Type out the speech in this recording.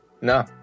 No